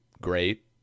great